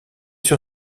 sur